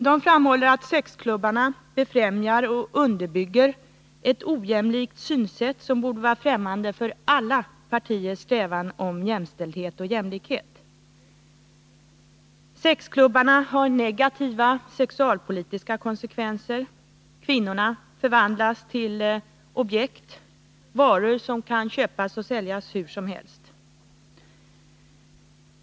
Man framhåller att sexklubbarna befrämjar och underbygger ett ojämlikt synsätt som borde vara främmande för alla partiers strävan till jämställdhet och jämlikhet. Sexklubbarna har negativa sexualpolitiska konsekvenser. Kvinnorna förvandlas till objekt — varor som kan säljas och köpas hur som helst.